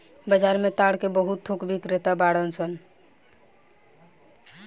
बाजार में ताड़ के बहुत थोक बिक्रेता बाड़न सन